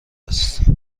است